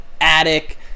attic